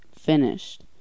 Finished